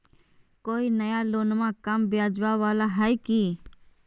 कोइ नया लोनमा कम ब्याजवा वाला हय की?